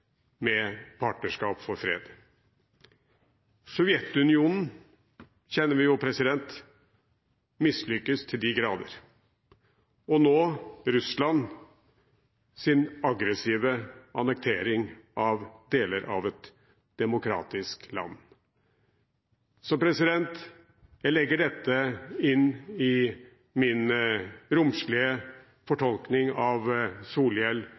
med sitt store prosjekt med Partnerskap for fred. Sovjetunionen kjenner vi – den mislyktes jo til de grader – og nå ser vi Russlands aggressive annektering av deler av et demokratisk land. Jeg legger dette inn i min romslige fortolkning av